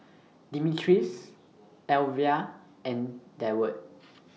Demetrius Alyvia and Deward